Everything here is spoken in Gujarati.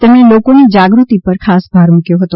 તેમણે લોકોની જાગૃતિ પર ખાસ ભાર મૂક્યો હતો